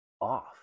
off